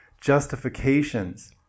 justifications